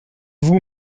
vous